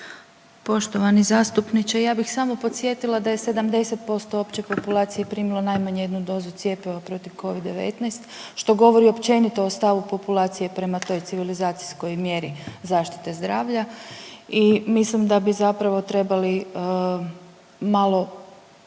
Poštovani zastupniče, ja bih samo podsjetila da je 70% opće populacije primilo najmanje jednu dozu cjepiva protiv Covid-19 što govori općenito o stavu populacije prema toj civilizacijskoj mjeri zaštite zdravlja i mislim da bi zapravo trebali malo